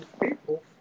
people